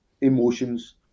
emotions